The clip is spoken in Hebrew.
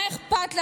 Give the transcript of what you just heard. מה אכפת לכם?